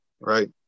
right